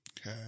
Okay